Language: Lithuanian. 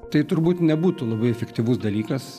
tai turbūt nebūtų labai efektyvus dalykas